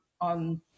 on